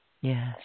Yes